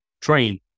train